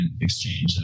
exchange